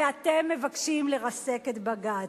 ואתם מבקשים לרסק את בג"ץ.